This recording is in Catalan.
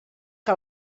que